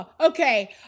okay